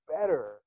better